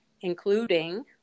including